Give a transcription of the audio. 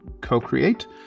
co-create